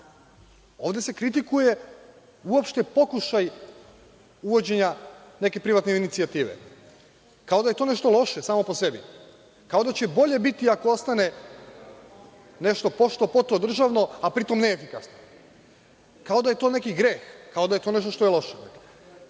Ovde se kritikuje uopšte pokušaj uvođenja neke privatne inicijative, kao da je to nešto loše samo po sebi, kao da će bolje biti, ako ostane nešto pošto poto državno, a pri tom neefikasno, kao da je to neki greh, kao da je to nešto loše. Kada